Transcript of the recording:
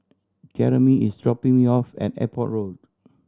Jeremy is dropping me off at Airport Road